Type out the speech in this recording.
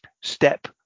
step